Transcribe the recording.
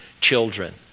children